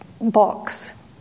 box